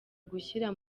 gushyira